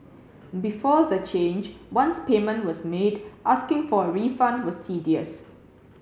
before the change once payment was made asking for a refund was tedious